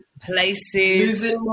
places